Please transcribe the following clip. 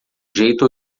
jeito